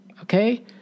Okay